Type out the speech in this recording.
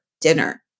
dinner